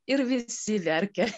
ir visi verkia